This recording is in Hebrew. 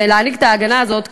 להעניק את ההגנה הזו,